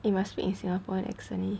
it must be in singaporean accent